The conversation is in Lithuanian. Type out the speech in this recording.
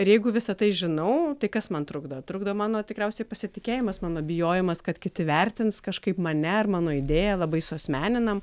ir jeigu visa tai žinau tai kas man trukdo trukdo mano tikriausiai pasitikėjimas mano bijojimas kad kiti vertins kažkaip mane ar mano idėją labai suasmeninam